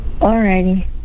alrighty